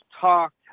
talked